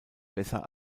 besser